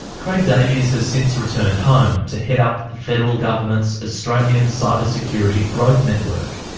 craig davies has since returned home to head-up the federal government's australian cyber security growth network.